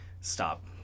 stop